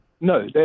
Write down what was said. No